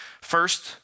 First